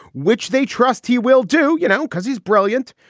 which they trust he will do. you know, because he's brilliant.